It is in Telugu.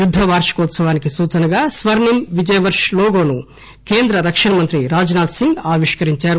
యుద్ద వార్షికోత్సవానికి సూచనగా స్వర్ని మ్ విజయ్ వర్ష్ లోగోను కేంద్ర రక్షణ మంత్రి రాజ్ నాథ్ సింగ్ ఆవిష్కరించారు